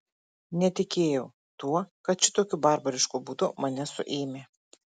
netikėjau tuo kad šitokiu barbarišku būdu mane suėmę